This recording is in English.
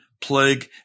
plague